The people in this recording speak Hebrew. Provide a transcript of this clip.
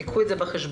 קחו את זה בחשבון.